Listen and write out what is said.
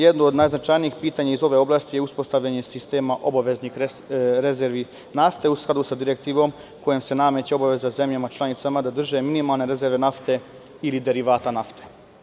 Jedno od najznačajnijih pitanja iz ove oblasti je uspostavljanje sistema obaveznih rezervi nafte, u skladu sa direktivom kojom se nameće obaveza zemljama članicama da drže minimalne rezerve nafte ili derivata nafte.